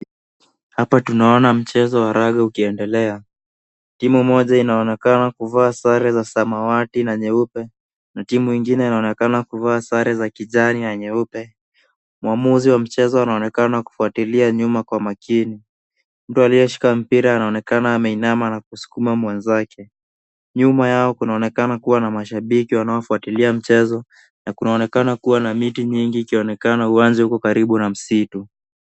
Hapa tunaona mchezo wa raga ukiendelea. Timu moja inaonekana kuvaa sare za samawati na nyeupe na timu ingine inaonekana kuvaa sare za kijani na nyeupe. Mwamuzi wa mchezo anaonekana kufuatilia nyuma kwa makini. Mtu aliyeshika mpira aanonekana ameinama na kuskuma mwenzake. Nyuma yao kunaonekana kuwa na mashabiki wanaofuatilia mchezo na kunaonekana kuwa na miti nyingi ikionekana uwanje huku karibu na msitu.